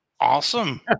Awesome